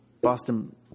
boston